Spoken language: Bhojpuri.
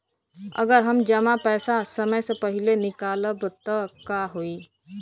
अगर हम जमा पैसा समय से पहिले निकालब त का होई?